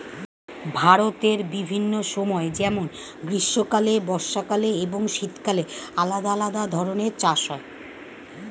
ভারতের বিভিন্ন সময় যেমন গ্রীষ্মকালে, বর্ষাকালে এবং শীতকালে আলাদা আলাদা ধরনের চাষ হয়